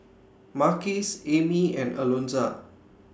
Marques Amie and Alonza